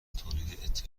تولید